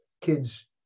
kids